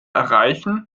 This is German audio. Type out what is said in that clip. erreichen